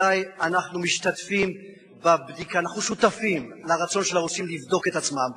אולי: אנחנו שותפים לרצון של הרוסים לבדוק את עצמם,